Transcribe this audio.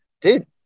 dude